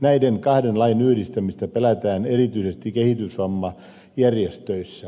näiden kahden lain yhdistämistä pelätään erityisesti kehitysvammajärjestöissä